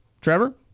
Trevor